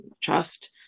trust